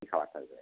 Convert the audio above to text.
কী খাবার থাকবে